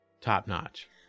top-notch